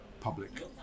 public